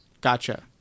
gotcha